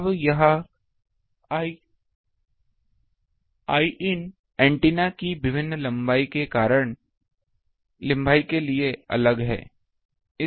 अब यह I इन एंटेना की विभिन्न लंबाई के लिए अलग है